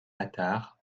attard